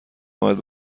نباید